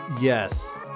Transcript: yes